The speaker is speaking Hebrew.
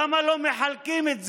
למה לא מחלקים את זה,